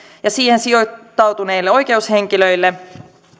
ja siihen sijoittautuneille oikeushenkilöille